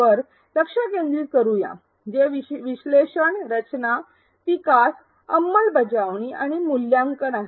वर लक्ष केंद्रित करूया जे विश्लेषण रचना विकास अंमलबजावणी आणि मूल्यांकन आहे